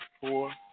four